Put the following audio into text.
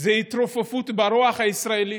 זה התרופפות ברוח הישראלית,